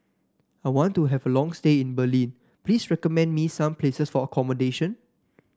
I want to have a long stay in Berlin please recommend me some places for accommodation